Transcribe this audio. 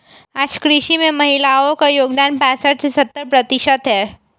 आज कृषि में महिलाओ का योगदान पैसठ से सत्तर प्रतिशत है